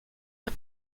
the